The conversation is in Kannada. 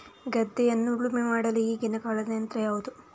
ಗದ್ದೆಯನ್ನು ಉಳುಮೆ ಮಾಡಲು ಈಗಿನ ಕಾಲದ ಯಂತ್ರ ಯಾವುದು?